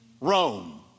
Rome